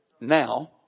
Now